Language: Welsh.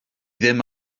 ddim